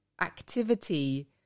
activity